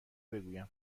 بگویم